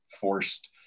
forced